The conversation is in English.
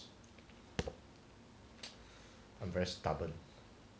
I'm very stubborn